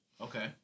Okay